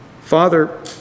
Father